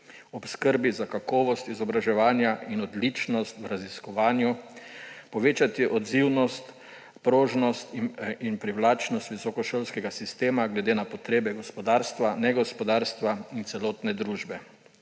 ob skrbi za kakovost izobraževanja in odličnost v raziskovanju; povečati odzivnost, prožnost in privlačnost visokošolskega sistema glede na potrebe gospodarstva, negospodarstva in celotne družbe;